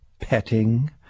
petting